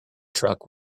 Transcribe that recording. truck